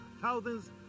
thousands